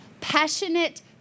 Passionate